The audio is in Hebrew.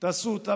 תעשו אותה.